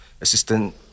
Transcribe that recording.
Assistant